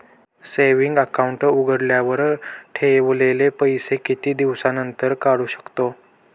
Saving account उघडल्यावर ठेवलेले पैसे किती दिवसानंतर काढू शकतो?